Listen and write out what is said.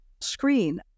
screen